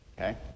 Okay